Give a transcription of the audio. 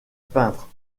peintre